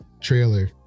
trailer